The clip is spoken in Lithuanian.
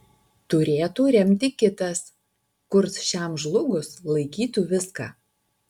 turėtų remti kitas kurs šiam žlugus laikytų viską